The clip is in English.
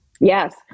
yes